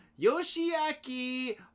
Yoshiaki